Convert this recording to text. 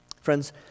Friends